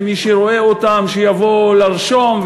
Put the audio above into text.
ומי שרואה אותן שיבוא לרשום,